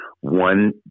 One